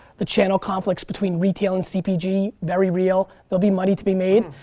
the channel conflicts between retail and cpg. very real. they'll be money to be made.